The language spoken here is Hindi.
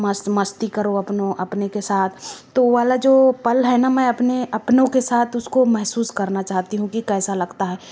मस्त मस्ती करो अपनों अपने के साथ तो वो वाला जो पल है ना मैं अपने अपनों के साथ उसको महसूस करना चाहती हूँ कि कैसा लगता है